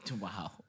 Wow